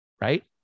right